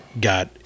got